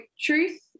truth